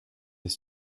les